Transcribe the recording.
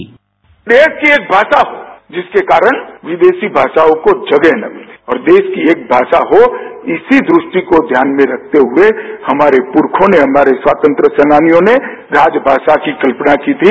bite देश की एक भाषा हो जिसके कारण विदेशी भाषाओं को जगह न मिलें और देश की एक भाषा हो इसी द्र ष्टि को ध्यान में रखते हुए हमारे पुरखों ने स्वतंत्र सेनानियों ने राजभाषा की कल्पना की थी